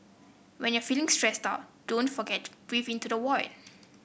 when you are feeling stressed out don't forget to breathe into the void